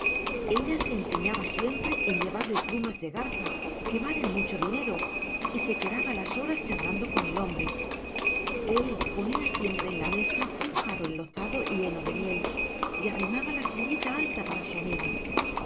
ella se empeñaba siempre en llevarle plumas de garza que valen mucho dinero y se quedaba las horas charlando con el hombre él ponía siempre en la mesa un jarro enlozado lleno de miel y arrimaba la sillita alta para su amiga